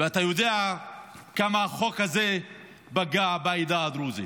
אתה יודע כמה החוק הזה פגע בעדה הדרוזית.